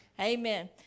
Amen